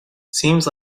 seems